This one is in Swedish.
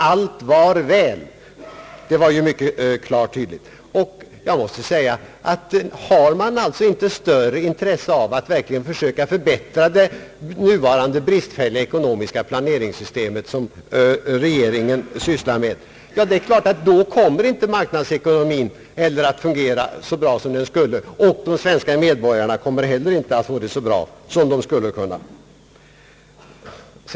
Allt var väl, menade herr Erlander, det framgick mycket klart och tydligt. Har man alltså inte större intresse av att försöka förbättra det nuvarande bristfälliga ekonomiska planeringssystem som regeringen tillämpar, kommer marknadsekonomin inte heller att fungera så bra som den skulle kunna göra. De svenska medborgarna kommer heller inte att få det så bra som de skulle kunna ha.